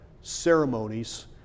ceremonies